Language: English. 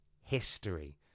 history